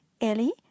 ellie